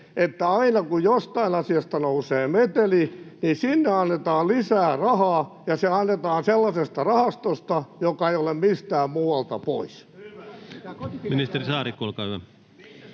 että aina kun jostain asiasta nousee meteli, niin sinne annetaan lisää rahaa ja se annetaan sellaisesta rahastosta, joka ei ole mistään muualta pois?